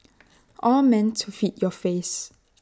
all meant to feed your face